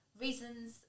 reasons